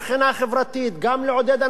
גם לעודד אנשים לצאת לעבוד,